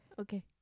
okay